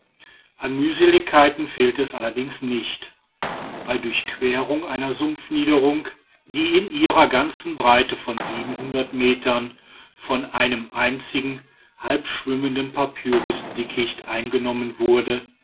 an mühseligkeiten fehlte es allerdings nicht bei durchquerung einer sumpfniederung die in ihrer ganzen breite von metern von einem einzigen halb schwimmenden papyrusdickicht eingenommen wurde